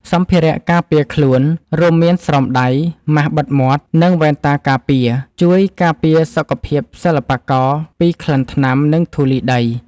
សម្ភារៈការពារខ្លួន រួមមានស្រោមដៃ ម៉ាសបិទមាត់ និងវ៉ែនតាការពារ ជួយការពារសុខភាពសិល្បករពីក្លិនថ្នាំ និងធូលីដី។